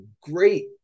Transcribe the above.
great